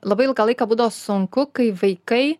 labai ilgą laiką būdavo sunku kai vaikai